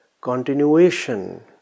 continuation